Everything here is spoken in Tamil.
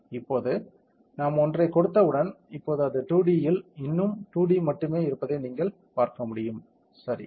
இப்போது நாம் ஒன்றை கொடுத்தவுடன் இப்போது அது 2D இல் இன்னும் 2D மட்டுமே இருப்பதை நீங்கள் பார்க்க முடியும் சரி